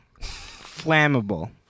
Flammable